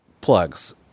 Plugs